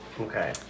okay